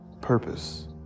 purpose